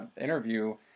interview